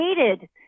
hated